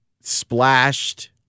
splashed